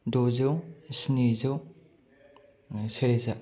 दजौ स्निजौ सेरोजा